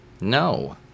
No